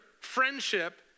friendship